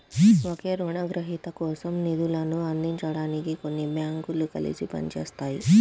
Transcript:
ఒకే రుణగ్రహీత కోసం నిధులను అందించడానికి కొన్ని బ్యాంకులు కలిసి పని చేస్తాయి